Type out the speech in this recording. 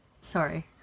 sorry